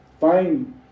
fine